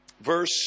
verse